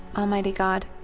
almighty god!